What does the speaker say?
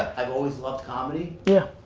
i've always loved comedy. yeah.